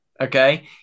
Okay